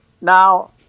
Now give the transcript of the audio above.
Now